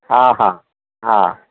ହଁ ହଁ ହଁ